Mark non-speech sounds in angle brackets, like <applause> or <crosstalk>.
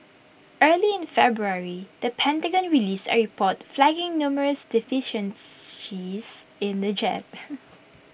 early in February the Pentagon released A report flagging numerous deficiencies in the jet <noise>